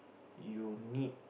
you need